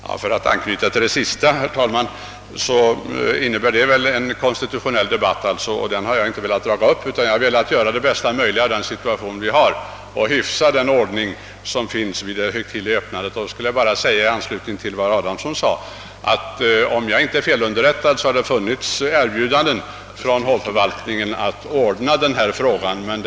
Herr talman! Om man anknyter till det senaste inlägget, skulle det ju bli fråga om en konstitutionell debatt. Någon sådan har jag inte velat dra upp, utan jag har i stället önskat göra det bästa möjliga i rådande situation när det gäller att hyfsa den ordning som tillämpas vid riksdagens högtidliga öppnande. I anslutning till vad herr Adamsson sade vill jag bara framhålla att det har — om jag inte är felunderrättad — förekommit erbjudanden från hovförvaltningen att ordna den sak det här närmast gäller.